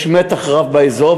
יש מתח רב באזור,